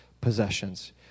possessions